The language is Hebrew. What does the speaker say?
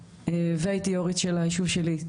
והייתי יו"רית של היישוב שלי,